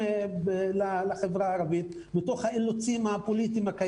לחברה הערבית מתוך האילוצים הפוליטיים,